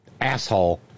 asshole